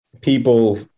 people